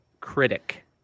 Critic